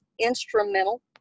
instrumental